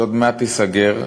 שעוד מעט תיסגר,